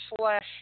slash